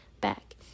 back